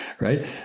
right